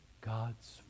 God's